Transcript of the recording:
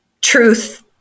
truth